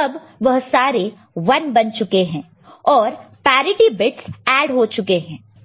अब वह सारे 1 बन चुके है और पैरिटि बिट्स ऐड हो चुके हैं